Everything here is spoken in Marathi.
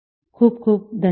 खूप खूप धन्यवाद